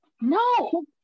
No